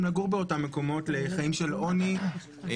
לגור במקומות הללו לחיים של עוני ומסכנות.